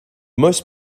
most